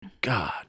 God